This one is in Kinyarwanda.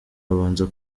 babanza